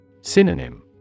Synonym